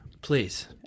Please